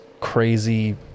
crazy